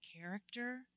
character